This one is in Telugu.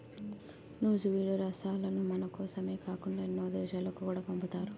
నూజివీడు రసాలను మనకోసమే కాకుండా ఎన్నో దేశాలకు కూడా పంపుతారు